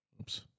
Oops